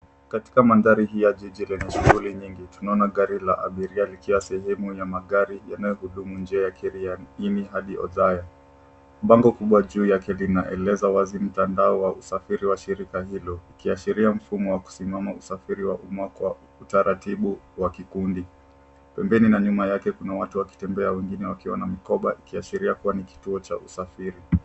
Katika mandhari hii ya jiji lenye shughuli nyingi, tunaona gari la abiria likiwa sehemu ya magari yanayohudumu njia ya Kiraini hadi Othaya. Bango kubwa juu yake linaeleza wazi mtandao wa usafiri wa shirika hilo, ukiashiria mfumo wa kusimama usafiri wa umma kwa utaratibu wa kikundi. Pembeni na nyuma yake, kuna watu wakitembea na wengine wakiwa na mikoba ikiashiria kuwa ni kituo cha usafiri.